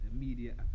immediate